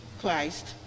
Christ